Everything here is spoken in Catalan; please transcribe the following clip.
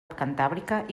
cantàbrica